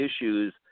issues